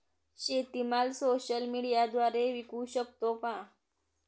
शेतीमाल सोशल मीडियाद्वारे विकू शकतो का?